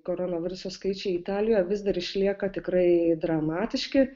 koronaviruso skaičiai italijoje vis dar išlieka tikrai dramatiški